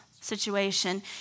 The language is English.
situation